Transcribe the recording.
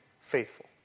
faithful